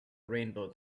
rainbow